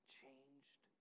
changed